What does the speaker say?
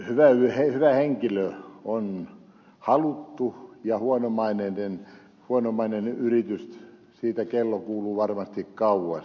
hyvä henkilö on haluttu ja huonomaineisesta yrityksestä kello kuuluu varmasti kauas